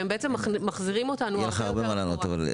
והן בעצם מחזירים אותנו הרבה יותר אחורה.